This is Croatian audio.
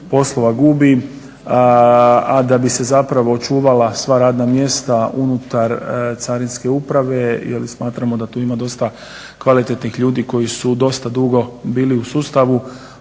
polova gubi a da bi se zapravo očuvala sva radna mjesta unutar carinske uprave jer smatramo da tu ima dosta kvalitetnih ljudi koji su dosta dugo bili u sustavu